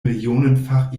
millionenfach